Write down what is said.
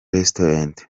restaurant